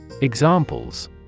Examples